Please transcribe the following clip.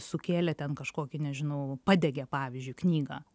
sukėlė ten kažkokį nežinau padegė pavyzdžiui knygą